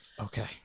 Okay